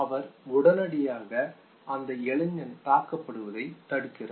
அவர் உடனடியாக அந்த இளைஞன் தாக்கப்படுவதை தடுக்கிறார்